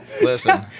Listen